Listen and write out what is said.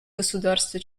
государства